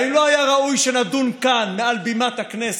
האם לא היה ראוי שנדון כאן, מעל בימת הכנסת,